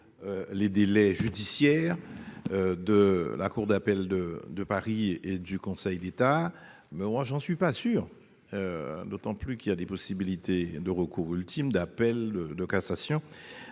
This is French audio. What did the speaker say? Les délais judiciaires. De la cour d'appel de de Paris et du Conseil d'État mais moi j'en suis pas sûr. D'autant plus qu'il y a des possibilités de recours ultime d'appel de cassation.